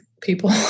people